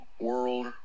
world